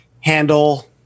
handle